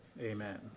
amen